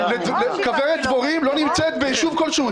כוורת דבורים לא נמצאת ביישוב כלשהו,